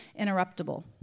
interruptible